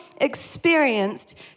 experienced